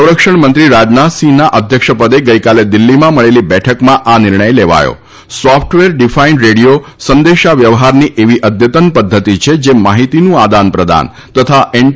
સંરક્ષણ મંત્રી રાજનાથસિંહના અધ્યક્ષ પદે ગઈકાલે દિલ્હીમાં મળેલી બેઠકમાં આ નિર્ણય લેવાથો હતો સોફ્ટવેર ડિફાઈન્ડ રેડીયો સંદેશા વ્યવહારની એવી અદ્યતન પદ્વતિ છે જે માહિતીનું આદાનપ્રદાન તથા જ્યારે